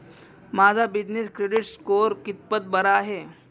माझा business credit score कितपत बरा आहे?